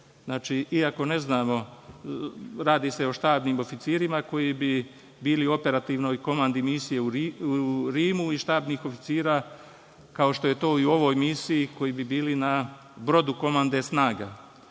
toga, iako ne znamo, radi se o štabnim oficirima koji bi bili u operativnoj komandi misije u Rimu i štabnih oficira kao što je to i u ovoj misiji, koji bi bili na brodu komande snaga.